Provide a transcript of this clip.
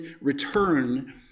return